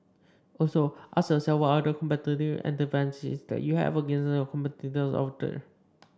also ask yourself what are the competitive advantages that you have against your competitors over there